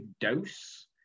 dose